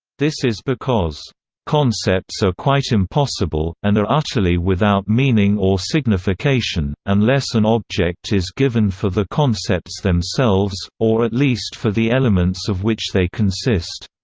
this is because concepts are quite impossible, and are utterly without meaning or signification, unless an object is given for the concepts themselves, or at least for the elements of which they consist.